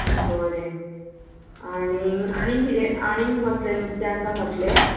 बरें आणींग आणींग कितें आणींग कसलें नुस्तें आसा म्हटलें